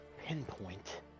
pinpoint